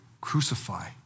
crucify